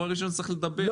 הוא הראשון שצריך לדבר.